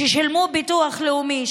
ששילמו ביטוח לאומי,